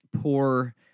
poor